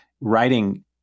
writing